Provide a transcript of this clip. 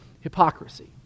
hypocrisy